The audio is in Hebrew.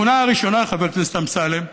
התכונה הראשונה, חבר הכנסת אמסלם,